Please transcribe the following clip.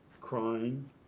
crying